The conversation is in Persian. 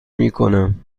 میکنم